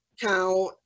count